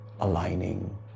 aligning